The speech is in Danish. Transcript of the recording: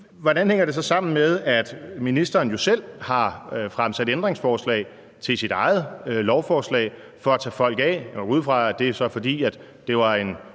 hvordan hænger det så sammen med, at ministeren jo selv har fremsat ændringsforslag til sit eget lovforslag for at tage folk af?